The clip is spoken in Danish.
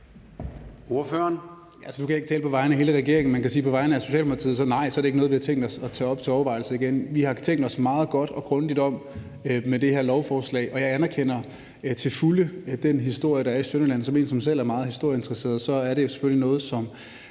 Nu kan jeg ikke tale på vegne af hele regeringen, men jeg kan sige på vegne af Socialdemokratiet, at nej, det er ikke noget, vi har tænkt os at tage op til overvejelse igen. Vi har tænkt os meget godt og grundigt om med det her lovforslag, og jeg anerkender til fulde den historie, der er i Sønderjylland. Som en, der selv er meget historisk interesseret, er det selvfølgelig noget, som